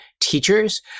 teachers